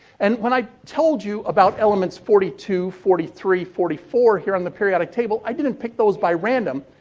and, when i told you about elements forty-two, forty-three, forty-four here on the periodic table, i didn't pick those by random.